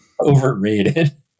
Overrated